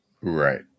Right